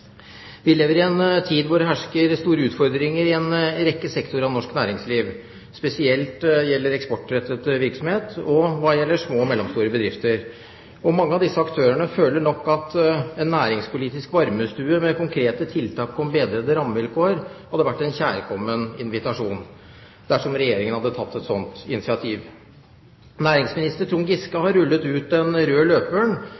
Vi lever i en tid hvor det hersker store utfordringer i en rekke sektorer av norsk næringsliv, spesielt gjelder det eksportrettet virksomhet og små og mellomstore bedrifter. Mange av disse aktørene føler nok at en næringspolitisk varmestue med konkrete tiltak for bedrede rammevilkår hadde vært en kjærkommen invitasjon, dersom Regjeringen hadde tatt et sånt initiativ. Næringsminister Trond Giske